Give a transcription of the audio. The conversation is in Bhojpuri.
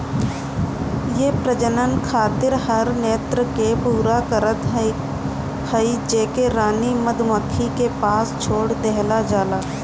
इ प्रजनन खातिर हर नृत्य के पूरा करत हई जेके रानी मधुमक्खी के पास छोड़ देहल जाला